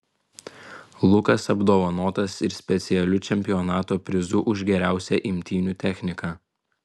lukas apdovanotas ir specialiu čempionato prizu už geriausią imtynių techniką